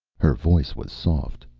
her voice was soft,